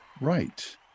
Right